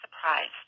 surprised